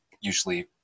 usually